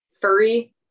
furry